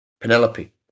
Penelope